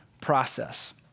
process